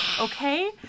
okay